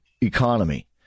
economy